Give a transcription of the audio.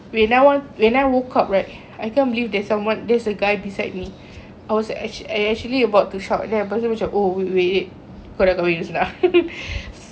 when I want when I woke up right I can't believe there's someone there's a guy beside me I was like act~ I actually about to shout there lepas tu macam oh wait wait wait kau dah kahwin